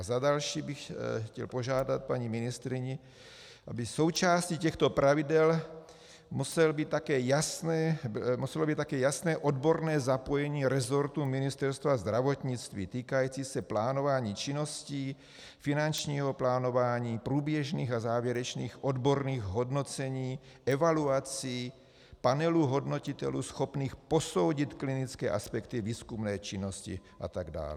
Za další bych chtěl paní ministryni požádat, aby součástí těchto pravidel muselo být také jasné odborné zapojení resortu Ministerstva zdravotnictví týkající se plánování činností, finančního plánování, průběžných a závěrečných odborných hodnocení, evaluací, panelů hodnotitelů schopných posoudit klinické aspekty výzkumné činnosti a tak dále.